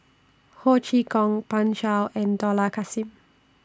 Ho Chee Kong Pan Shou and Dollah Kassim